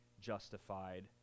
justified